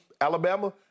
Alabama